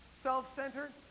self-centered